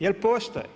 Jel postoje?